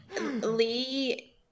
Lee